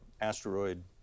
asteroid